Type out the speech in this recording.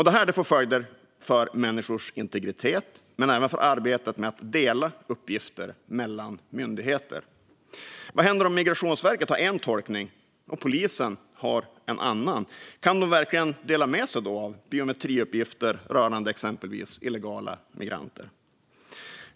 Det här får följder för människors integritet men även för arbetet med att dela uppgifter mellan myndigheter. Vad händer om Migrationsverket har en tolkning och polisen har en annan? Kan de då verkligen dela med sig av biometriuppgifter rörande exempelvis illegala migranter?